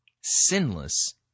sinless